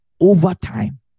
overtime